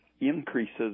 increases